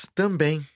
também